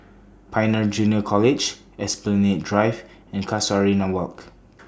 Pioneer Junior College Esplanade Drive and Casuarina Walk